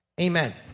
amen